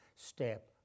step